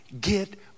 get